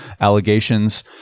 allegations